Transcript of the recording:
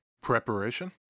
Preparation